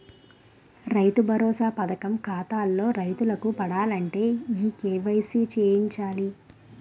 రైతు భరోసా పథకం ఖాతాల్లో రైతులకు పడాలంటే ఈ కేవైసీ చేయించాలి